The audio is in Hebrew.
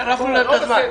שרפנו להם את הזמן.